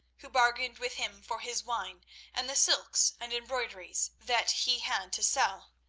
who bargained with him for his wine and the silks and embroideries that he had to sell,